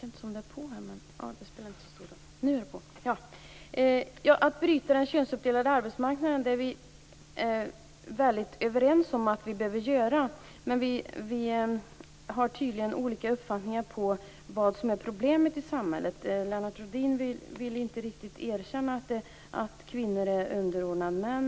Herr talman! Att vi behöver bryta den könsuppdelade arbetsmarknaden är vi helt överens om. Men vi har tydligen olika uppfattningar om vad som är problemet i samhället. Lennart Rohdin vill inte riktigt erkänna att kvinnor är underordnade män.